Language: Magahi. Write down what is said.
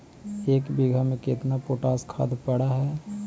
एक बिघा में केतना पोटास खाद पड़ है?